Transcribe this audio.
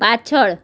પાછળ